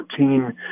14